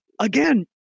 again